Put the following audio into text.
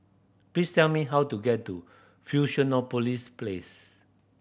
please tell me how to get to Fusionopolis Place